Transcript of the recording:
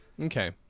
okay